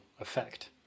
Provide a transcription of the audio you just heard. effect